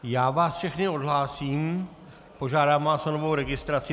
Já vás všechny odhlásím, požádám vás o novou registraci.